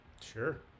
Sure